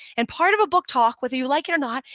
and part of a book talk, whether you like it or not,